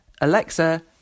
Alexa